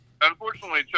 Unfortunately